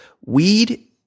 Weed